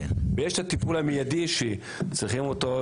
יש את הטיפול המיידי שצריכים אותו,